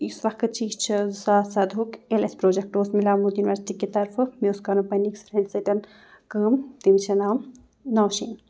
یُس وقت چھِ یہِ چھِ زٕ ساس سَدہُک ییٚلہِ اَسہِ پرٛوجَکٹ اوس مِلیومُت یوٗنیٖوَرسٹی کہِ طرفہٕ مےٚ اوس کَرُن پنٛنہِ أکِس فرٛنٛڈِ سۭتۍ کٲم تٔمِس چھِ ناو نَوشیٖن